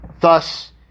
Thus